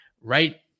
right